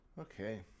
Okay